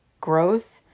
growth